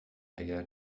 اگر